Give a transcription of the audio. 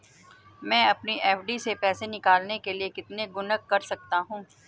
मैं अपनी एफ.डी से पैसे निकालने के लिए कितने गुणक कर सकता हूँ?